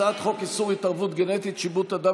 הצעת חוק איסור התערבות גנטית (שיבוט אדם